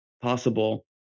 possible